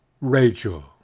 Rachel